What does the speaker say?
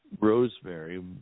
Rosemary